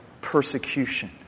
Persecution